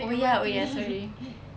oh ya oh ya sorry